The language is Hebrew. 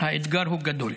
האתגר הוא גדול.